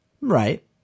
Right